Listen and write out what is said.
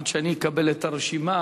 עד שאני אקבל את הרשימה,